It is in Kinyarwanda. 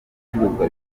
icuruzwa